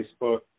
Facebook